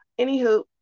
anywho